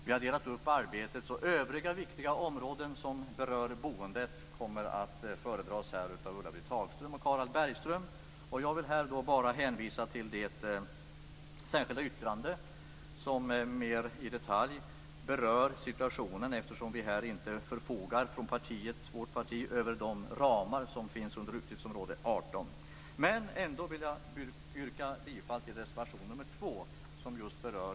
Vi har delat upp arbetet, så övriga viktiga områden som berör boendet kommer att behandlas av Ulla-Britt Hagström och Harald Bergström. Jag vill bara hänvisa till vårt särskilda yttrande som mera i detalj berör situationen, eftersom vårt parti inte förfogar över de ramar som finns under utgiftsområde 18. Jag yrkar bifall till reservation nr 2 som berör